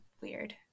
weird